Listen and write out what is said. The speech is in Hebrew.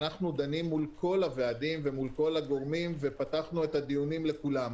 אנחנו דנים מול כל הוועדים ומול כל הגורמים ופתחנו את הדיונים לכולם.